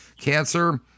cancer